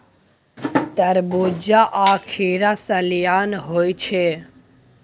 तरबूज्जा आ खीरा सलियाना होइ छै